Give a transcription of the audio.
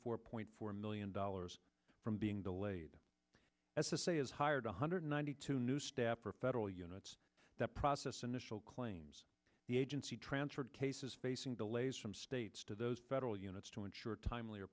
four point four million dollars from being delayed as a say is hired one hundred ninety two new staff or federal units that process initial claims the agency transferred cases facing delays from states to those federal units to ensure timely